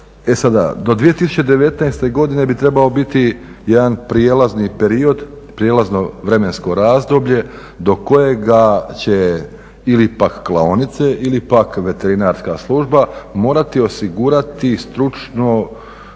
do 2019. godine bi trebao biti jedan prijelazni period, prijelazno vremensko razdoblje do kojega će ili pak klaonice ili pak veterinarska služba morati osigurati stručni nadzor